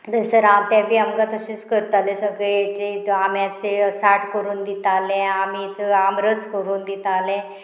थंयसर हांव ते बी आमकां तशेंच करताले सगळेचे आम्याचे साठ करून दिताले आमेचो आमरस करून दिताले